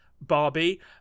Barbie